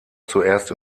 zuerst